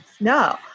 No